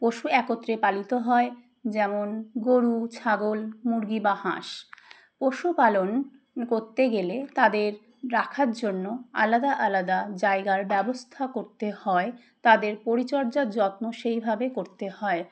পশু একত্রে পালিত হয় যেমন গরু ছাগল মুরগি বা হাঁস পশুপালন করতে গেলে তাদের রাখার জন্য আলাদা আলাদা জায়গার ব্যবস্থা করতে হয় তাদের পরিচর্যার যত্ন সেইভাবে করতে হয়